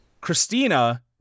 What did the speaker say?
Christina